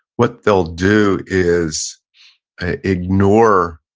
what they'll do is ignore,